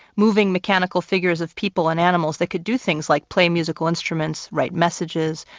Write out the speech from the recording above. moving mechanical figures of people and animals, that could do things like play musical instruments, write messages,